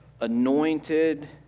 anointed